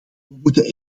moeten